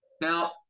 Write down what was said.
Now